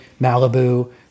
Malibu